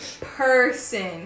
person